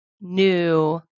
new